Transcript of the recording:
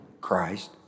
Christ